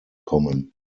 kommen